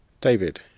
David